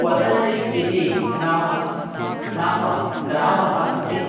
वर्दल्ली इति नाम नाम ग्रामः अस्ति